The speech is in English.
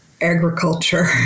agriculture